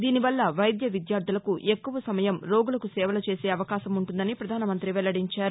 దీనిపల్ల వైద్య విద్యార్థులకు ఎక్కువ సమయం రోగులకు సేవలు చేసే అవకాశం ఉంటుందని ప్రధానమంత్రి వెల్లడించారు